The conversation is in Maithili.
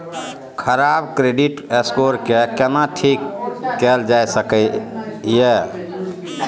खराब क्रेडिट स्कोर के केना ठीक कैल जा सकै ये?